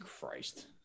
Christ